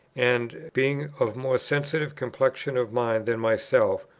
and, being of more sensitive complexion of mind than myself,